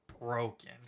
broken